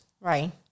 Right